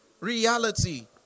Reality